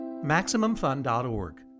MaximumFun.org